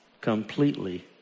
completely